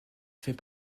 fait